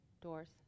doors